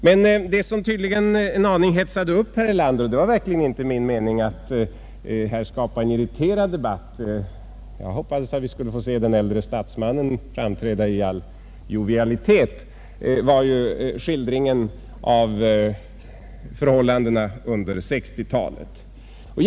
Men det som tydligen en aning hetsade upp herr Erlander — det var verkligen inte min mening att skapa en irriterad debatt och jag hade hoppas att vi skulle få se den äldre statsmannen framträda i all jovialitet — var ju skildringen av förhållandena under 1960-talet.